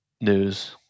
news